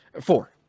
four